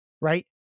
right